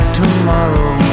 tomorrow